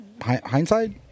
Hindsight